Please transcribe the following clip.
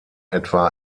etwa